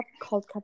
called